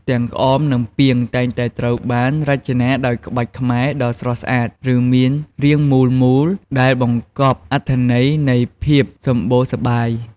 ទាំងក្អម និងពាង តែងតែត្រូវបានរចនាដោយក្បាច់ខ្មែរដ៏ស្រស់ស្អាត ឬមានរាងមូលមូលដែលបង្កប់អត្ថន័យនៃភាពសម្បូរសប្បាយ។